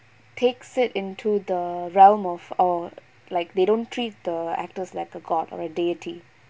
takes it into the realm of err like they don't treat the actors like a god or a deity